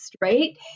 right